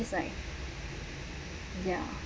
like ya